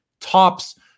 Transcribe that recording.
TOPS